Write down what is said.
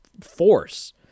force